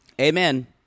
Amen